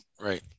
right